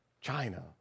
China